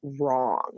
wrong